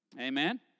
Amen